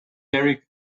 very